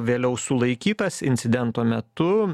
vėliau sulaikytas incidento metu